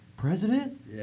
president